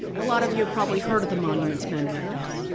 a lot of you have probably heard of the monuments men by now.